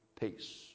peace